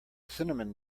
cinnamon